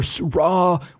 raw